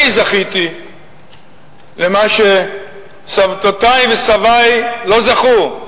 אני זכיתי למה שסבתותי וסבי לא זכו: